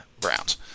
Browns